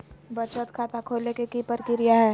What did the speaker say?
बचत खाता खोले के कि प्रक्रिया है?